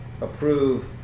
approve